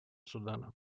судана